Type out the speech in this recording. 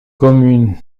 commune